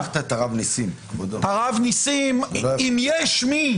גם הרב ניסים אם יש מישהו